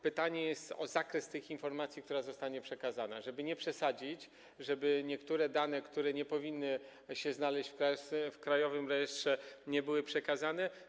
Pytanie jest o zakres tych informacji, które zostaną przekazane, żeby nie przesadzić, żeby niektóre dane, które nie powinny znaleźć się w krajowym rejestrze, nie były przekazane.